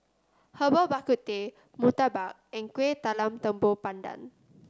Herbal Bak Ku Teh murtabak and Kuih Talam Tepong Pandan